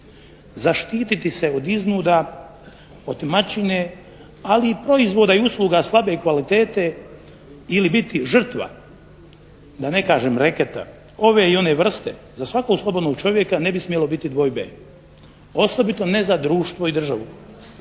Zaštititi se od iznuda, otimačine, ali i proizvoda i usluga slabe kvalitete ili biti žrtva da ne kažem reketa ove i one vrste za svakog slobodnog čovjeka ne bi smjelo biti dvojbe, osobito ne za društvo i državu.